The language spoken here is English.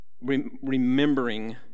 remembering